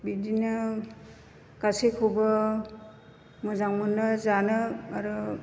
बिदिनो गासैखौबो मोजां मोनो जानो आरो